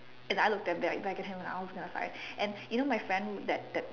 and I look damn bad if I get him out of this I was like and you know my friend that that